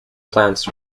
plants